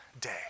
day